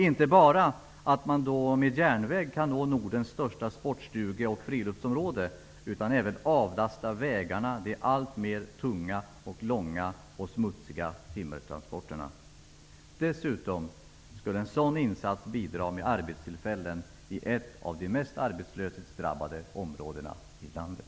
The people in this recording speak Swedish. Då kan man inte bara med järnväg nå Nordens största sportstuge och friluftsområde utan även avlasta vägarna de alltmer tunga, långa och smutsiga timmertransporterna. Dessutom skulle en sådan insats bidra till arbetstillfällen i ett av de mest arbetslöshetsdrabbade områdena i landet.